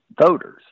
voters